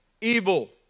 evil